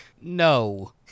No